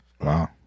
Wow